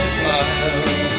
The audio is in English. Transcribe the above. fire